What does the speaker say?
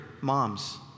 Moms